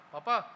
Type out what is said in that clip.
Papa